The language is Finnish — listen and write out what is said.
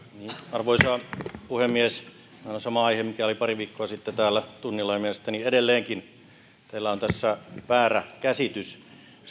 arvoisa puhemies tämä on sama aihe mikä oli pari viikkoa sitten täällä tunnilla ja mielestäni edelleenkin teillä on tässä väärä käsitys